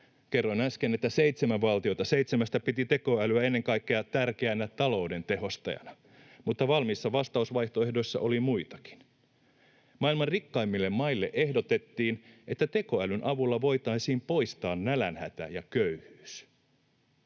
Kerroin äsken, että seitsemän valtiota seitsemästä piti tekoälyä ennen kaikkea tärkeänä talouden tehostajana, mutta valmiissa vastausvaihtoehdoissa oli muitakin. Maailman rikkaimmille maille ehdotettiin, että tekoälyn avulla voitaisiin poistaa nälänhätä ja köyhyys.